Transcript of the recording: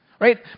right